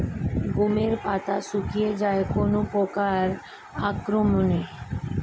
গমের পাতা শুকিয়ে যায় কোন পোকার আক্রমনে?